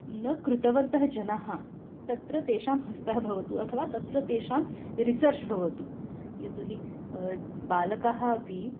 न कृतवन्तः जनाः तत्र तेषां हस्तः भवतु अथवा तत्र तेषां रिसर्च् भवतु यतो हि बालकाः अपि